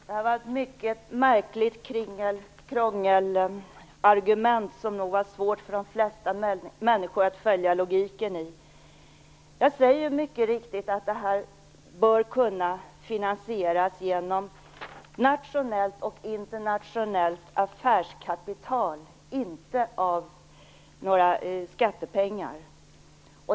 Herr talman! Det var ett mycket märkligt kringelkrångel-argument, som det nog var svårt för de flesta människor att följa logiken i. Jag säger mycket riktigt att det här bör kunna finansieras genom nationellt och internationellt affärskapital, inte av några skattepengar.